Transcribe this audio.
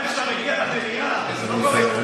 אני